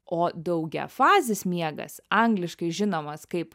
o daugiafazis miegas angliškai žinomas kaip